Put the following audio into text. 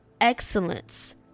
excellence